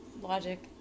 Logic